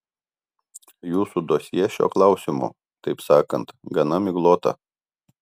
jūsų dosjė šiuo klausimu taip sakant gana miglota